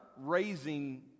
raising